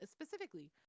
specifically